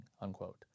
unquote